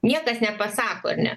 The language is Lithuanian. niekas nepasako ar ne